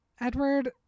Edward